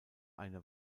eine